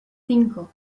cinco